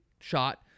shot